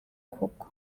koko